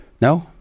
No